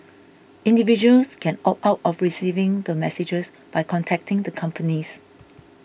individuals can opt out of receiving the messages by contacting the companies